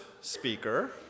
speaker